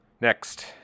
Next